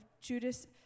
Judas